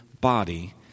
body